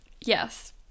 Yes